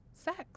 sex